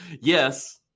yes